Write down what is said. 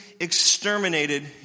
exterminated